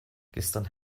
gestern